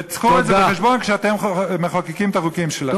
ותביאו את זה בחשבון כשאתם מחוקקים את החוקים שלכם.